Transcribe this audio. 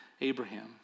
Abraham